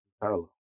parallel